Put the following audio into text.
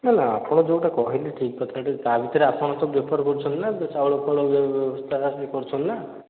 ନା ନା ଆପଣ ଯେଉଁଟା କହିଲେ ଠିକ୍ କଥାଟା ତା ଭିତରେ ଆପଣ ତ ବେପାର କରୁଛନ୍ତି ନା ଚାଉଳ ଫାଉଳ କରୁଛନ୍ତି ନା